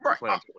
Right